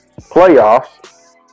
playoffs